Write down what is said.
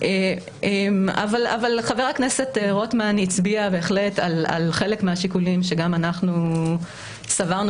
אבל חבר הכנסת רוטמן הצביע בהחלט על חלק מהשיקולים שגם אנחנו סברנו